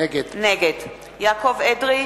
נגד יעקב אדרי,